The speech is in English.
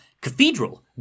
cathedral